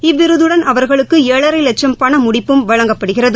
இவ்விருதுடன் அவர்களுக்கு ஏழரை வட்சம் பண முடிப்பும் வழங்கப்படுகிறது